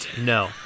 no